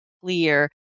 clear